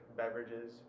beverages